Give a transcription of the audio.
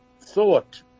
Thought